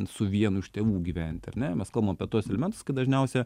su vienu iš tėvų gyventi ar ne mes kalbam apie tuos elementus kai dažniausia